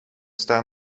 staan